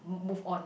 move on